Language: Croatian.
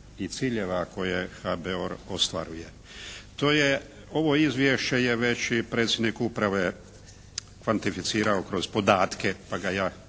i ciljeva koje HBOR ostvaruje. Ovo izvješće je već i predsjednik uprave kvantificirao kroz podatke pa ga ja